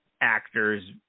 actors